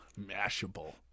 Mashable